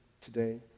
today